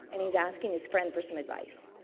and, he's asking his friend for some advice.